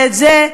ואת זה,